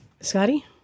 Scotty